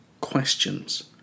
questions